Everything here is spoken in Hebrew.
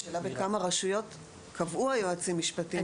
השאלה היא בכמה רשויות היועצים המשפטיים קבעו.